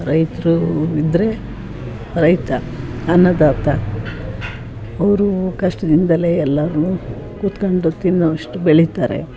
ರೈತರು ಇದ್ದರೆ ರೈತ ಅನ್ನದಾತ ಅವರು ಕಷ್ಟದಿಂದಲೇ ಎಲ್ಲನೂ ಕುತ್ಕೊಂಡು ತಿನ್ನೋವಷ್ಟು ಬೆಳೀತಾರೆ